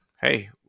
hey